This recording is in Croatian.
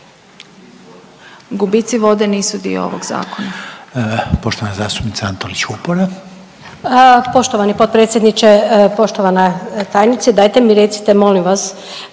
Gubici vode nisu dio ovog zakona.